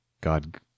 God